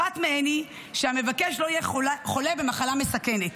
אחת מהן היא שהמבקש לא יהיה חולה במחלה מסכנת.